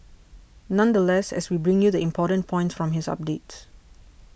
nonetheless as we bring you the important points from his updates